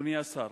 אדוני השר,